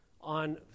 on